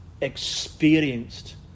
experienced